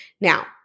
Now